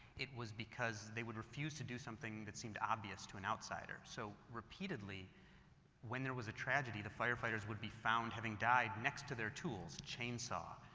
it was because they would refuse to do something that seemed obvious to an outsider. so repeatedly when there was a tragedy the firefighters would be found having died next to their tools, a chainsaw,